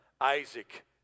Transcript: Isaac